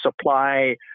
supply